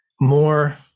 more